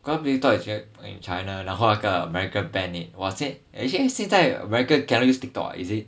cause many people thought made in china then 然后那个 america banned it !wah! actually 现在 america cannot use TikTok ah is it